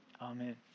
Amen